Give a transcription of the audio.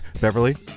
Beverly